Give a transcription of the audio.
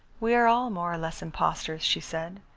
we are all more or less impostors, she said.